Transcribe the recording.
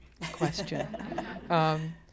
question